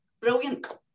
Brilliant